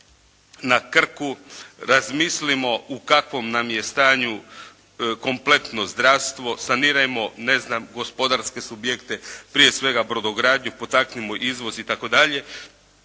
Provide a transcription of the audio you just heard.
na Krku. Razmislimo u kakvom nam je stanju kompletno zdravstvo, sanirajmo gospodarske subjekte, prije svega brodogradnju, potaknimo izvoz itd.